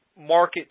market